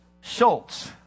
Schultz